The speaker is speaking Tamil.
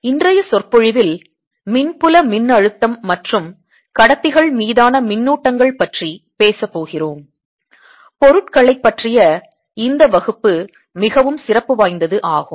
இன்றைய சொற்பொழிவில் மின்புல மின்னழுத்தம் மற்றும் கடத்திகள் மீதான மின்னூட்டங்கள் பற்றி பேசப் போகிறோம் பொருட்களை பற்றிய இந்த வகுப்பு மிகவும் சிறப்பு வாய்ந்தது ஆகும்